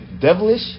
devilish